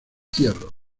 hierro